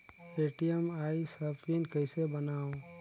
ATM आइस ह PIN कइसे बनाओ?